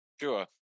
Sure